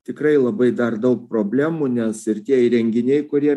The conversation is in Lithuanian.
tikrai labai dar daug problemų nes ir tie įrenginiai kurie